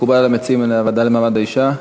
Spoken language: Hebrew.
מקובל על המציעים להעביר לוועדה למעמד האישה?